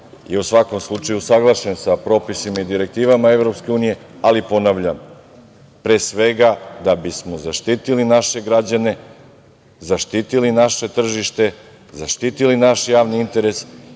u svakom slučaju, usaglašen sa propisima i direktivama EU, ali ponavljam, pre svega da bismo zaštitili naše građane, zaštitili naše tržište, zaštitili naš javni interes